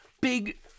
Big